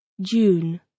June